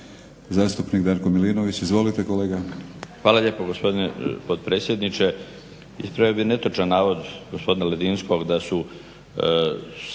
Hvala lijepo gospodine potpredsjedniče.